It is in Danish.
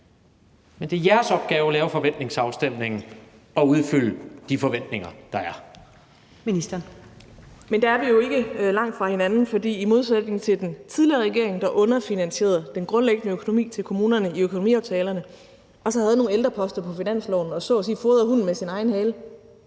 Ministeren. Kl. 19:40 Social- og ældreministeren (Astrid Krag): Men der er vi jo ikke langt fra hinanden, for i modsætning til den tidligere regering, der underfinansierede den grundlæggende økonomi til kommunerne i økonomiaftalerne og så havde nogle ældreposter på finansloven og så at sige fodrede hunden med sin egen hale